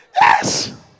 yes